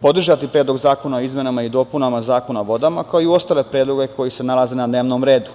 podržati Predlog zakona o izmenama i dopunama Zakona o vodama, kao i ostale predloge koji se nalaze na dnevnom redu.